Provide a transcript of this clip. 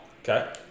Okay